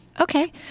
Okay